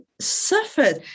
suffered